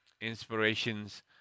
Inspirations